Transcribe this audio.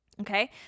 Okay